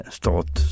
stat